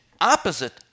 opposite